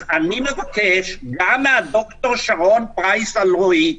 אז אני מבקש גם מד"ר שרון אלרעי-פרייס